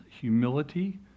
humility